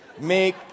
make